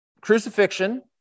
crucifixion